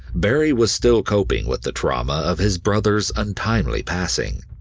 barrie was still coping with the trauma of his brother's untimely passing,